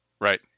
right